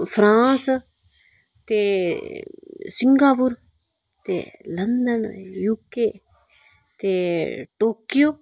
France ते Singapore ते London ते यूके ते टोक्यो